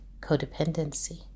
codependency